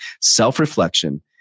self-reflection